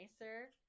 nicer